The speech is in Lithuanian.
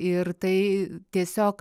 ir tai tiesiog